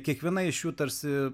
kiekviena iš jų tarsi